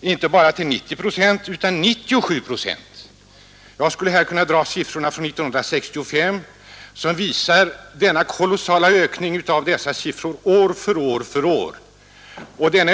inte bara till 90 procent utan till 97 procent. Jag skulle kunna anföra siffrorna från 1965, som fram till år 1970 visar den kolossala ökningen år för år.